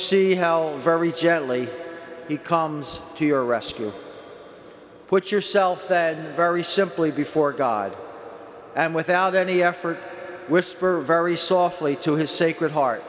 see how very gently he comes to your rescue put yourself that very simply before god and without any effort whisper very softly to his